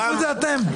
תעשו את זה אתם.